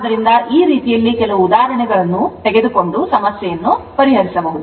ಆದ್ದರಿಂದ ಈ ರೀತಿಯಲ್ಲಿ ಕೆಲವು ಉದಾಹರಣೆಗಳನ್ನುರೀತಿಯಲ್ಲಿ ತಗೆದುಕೊಂಡು ಸಮಸ್ಯೆಗಳನ್ನು ಪರಿಹರಿಸಬಹುದು